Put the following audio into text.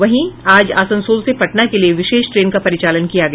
वहीं आज आसनसोल से पटना के लिये विशेष ट्रेन का परिचालन किया गया